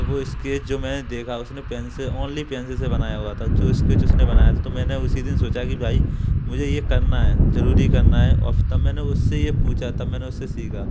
तो वह स्केच जो मैंने देखा उसने पेन से ऑनली पेंसिल से बनाया हुआ था जो स्केच उसने बनाया तो मैंने उसी दिन सोचा कि भाई मुझे यह करना है ज़रूरी करना है और फ तब मैंने उससे यह पूछा तब मैंने उससे सीखा